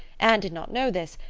anne did not know this,